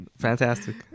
Fantastic